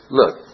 look